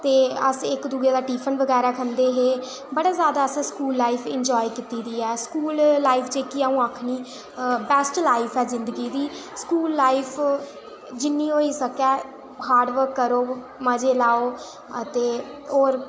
ते अस इक दूए दा टिफिन बगैरा खंदे हे बड़ी ज्यादा असें स्कूल लाईफ बिच इंजॉय कीती ऐ स्कूल लाईफ जेह्की अ'ऊं आक्खनी बेस्ट लाईफ ऐ जिंदगी दी स्कूल लाईफ जिन्नी होई सकै हार्ड वर्क करो मज़े लैओ ते होर